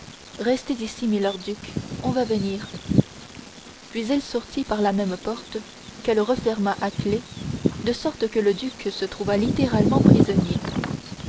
restez ici milord duc on va venir puis elle sortit par la même porte qu'elle ferma à la clef de sorte que le duc se trouva littéralement prisonnier